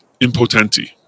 Impotenti